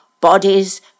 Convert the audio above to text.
bodies